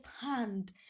hand